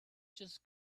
just